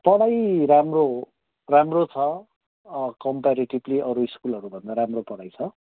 पढाइ राम्रो हो राम्रो छ कम्पेरेटिभली अरू स्कुलहरूभन्दा राम्रो पढाइ छ